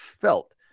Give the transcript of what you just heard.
felt